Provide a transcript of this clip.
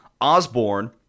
Osborne